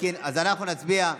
אז אנחנו נצביע.